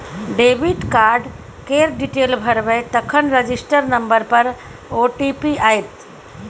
debit card केर detail भरबै तखन रजिस्टर नंबर पर ओ.टी.पी आएत